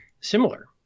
Similar